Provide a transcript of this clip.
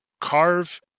carve